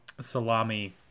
salami